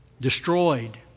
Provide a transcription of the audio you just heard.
destroyed